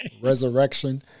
Resurrection